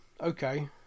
okay